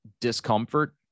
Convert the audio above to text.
discomfort